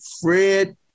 Fred